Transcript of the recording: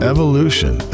Evolution